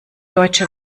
deutsche